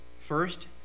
First